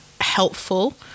helpful